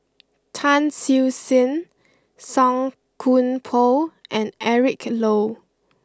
Tan Siew Sin Song Koon Poh and Eric Low